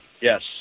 yes